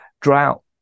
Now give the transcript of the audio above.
drought